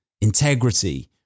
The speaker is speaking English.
integrity